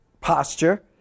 posture